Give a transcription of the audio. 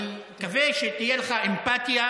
אני מקווה שתהיה לך אמפתיה,